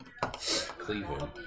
Cleveland